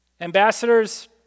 Ambassadors